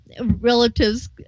relatives